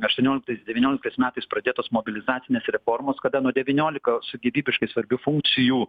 aštuonioliktais devynioliktais metais pradėtos mobilizacinės reformos kada nuo devyniolika su gyvybiškai svarbių funkcijų